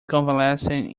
convalescing